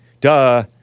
Duh